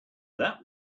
that